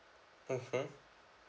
mmhmm